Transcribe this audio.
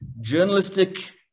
journalistic